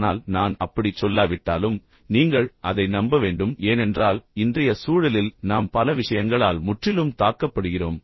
ஆனால் நான் அப்படிச் சொல்லாவிட்டாலும் நீங்கள் அதை நம்ப வேண்டும் ஏனென்றால் இன்றைய சூழலில் நாம் பல விஷயங்களால் முற்றிலும் தாக்கப்படுகிறோம்